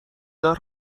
دار